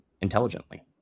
intelligently